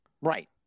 Right